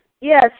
Yes